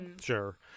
Sure